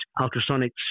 ultrasonic